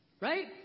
Right